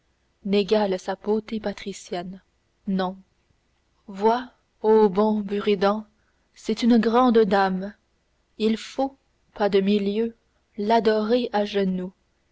n'égale sa beauté patricienne non vois ô bon buridan c'est une grande dame il faut pas de milieu l'adorer à genoux